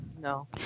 no